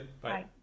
Bye